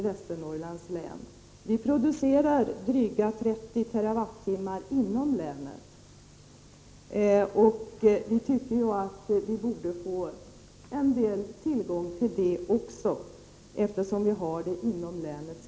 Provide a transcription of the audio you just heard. Västernorrlands län producerar drygt 30 TWh inom länet, och jag tycker att vi borde få tillgång till en del av detta.